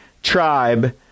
tribe